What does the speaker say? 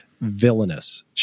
villainous